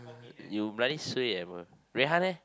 you bloody suay eh bro Rui-Han leh